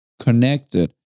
connected